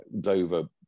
Dover